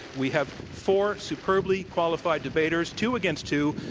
we have four superbly qualified debaters, two against two,